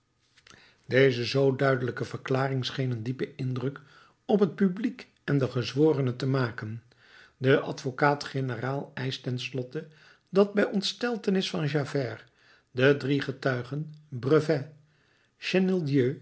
deze zoo duidelijke verklaring scheen een diepen indruk op het publiek en de gezworenen te maken de advocaat-generaal eischte ten slotte dat bij ontstentenis van javert de drie getuigen brevet